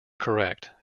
correct